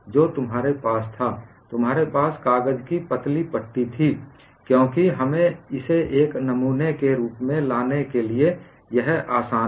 जो तुम्हारे पास था तुम्हारे पास कागज की पतली पट्टी थी क्योंकि हमें इसे एक नमूने के रूप में लाने के लिए यह आसान है